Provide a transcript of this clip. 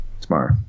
Tomorrow